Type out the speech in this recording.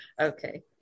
Okay